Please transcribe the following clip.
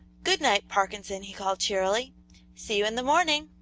good-night, parkinson, he called, cheerily see you in the morning!